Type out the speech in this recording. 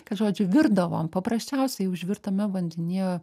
kad žodžiu virdavom paprasčiausiai užvirtame vandenyje